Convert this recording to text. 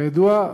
כידוע,